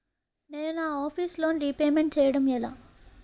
నేను నా office loan repayment చేయడం ఎలా?